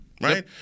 Right